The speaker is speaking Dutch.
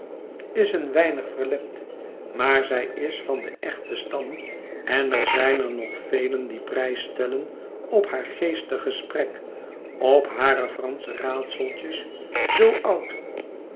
goud en bier laat vertemaar zij is van den echten stam en er zijn er nog velen die prijs stellen op haar geestig gesprek op hare fransche raadseltjes zoo oud